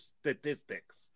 statistics